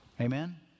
Amen